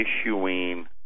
issuing